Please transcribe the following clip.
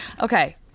Okay